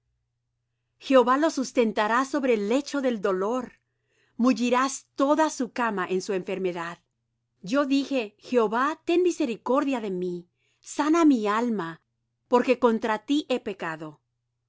jehová lo sustentará sobre el lecho del dolor mullirás toda su cama en su enfermedad yo dije jehová ten misericordia de mí sana mi alma porque contra ti he pecado